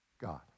God